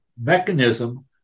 mechanism